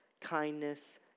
kindness